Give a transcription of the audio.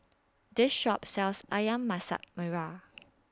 This Shop sells Ayam Masak Merah